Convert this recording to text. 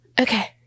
Okay